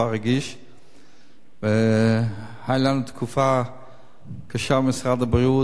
היתה לנו תקופה קשה במשרד הבריאות, לבדוק